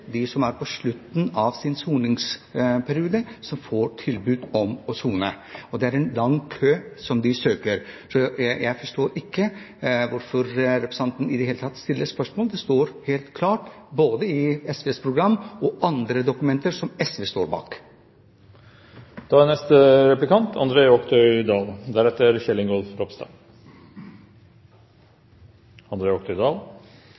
de som er på slutten av sin soningsperiode, som får tilbud om å sone slik. Det er lang kø av søkere. Jeg forstår ikke hvorfor representanten Ørsal Johansen i det hele tatt stiller spørsmålet. Det står helt klart både i SVs program og i andre dokumenter som SV står bak.